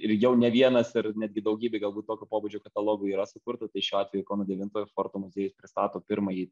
ir jau ne vienas ir netgi daugybė galbūt tokio pobūdžio katalogų yra sukurta tai šiuo atveju kauno devintojo forto muziejus pristato pirmąjį